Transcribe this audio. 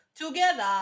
together